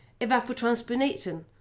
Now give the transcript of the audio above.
evapotranspiration